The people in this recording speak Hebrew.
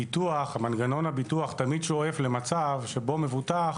מנגנון הביטוח תמיד שואף למצב שבו מבוטח